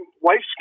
wife's